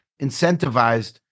incentivized